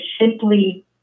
simply